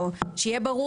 שיהיה ברור